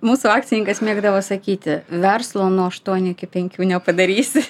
mūsų akcininkas mėgdavo sakyti verslo nuo aštuonių iki penkių nepadarysi